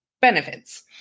benefits